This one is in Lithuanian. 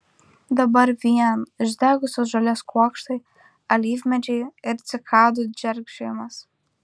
dabar vien išdegusios žolės kuokštai alyvmedžiai ir cikadų džeržgimas